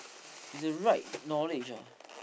with the right knowledge ah